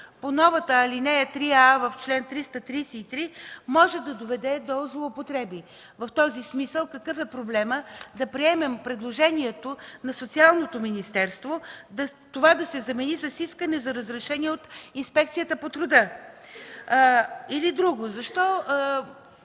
по новата ал. 3а в чл. 333 може да доведе до злоупотреби. В този смисъл какъв е проблемът да приемем предложението на Социалното министерство това да се замени с искане за разрешение от Инспекцията по труда?! Или друго – защо